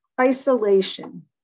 isolation